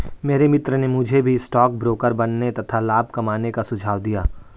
मेरे मित्र ने मुझे भी स्टॉक ब्रोकर बनने तथा लाभ कमाने का सुझाव दिया